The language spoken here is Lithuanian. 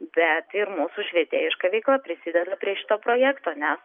bet ir mūsų švietėjiška veikla prisideda prie šito projekto nes